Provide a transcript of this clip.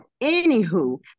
Anywho